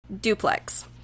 duplex